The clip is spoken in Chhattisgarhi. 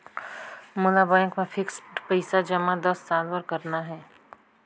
मोला बैंक मा फिक्स्ड पइसा जमा दस साल बार करना हे?